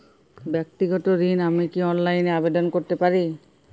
ব্যাক্তিগত ঋণ আমি কি অনলাইন এ আবেদন করতে পারি?